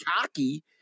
cocky